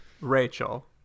Rachel